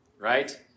right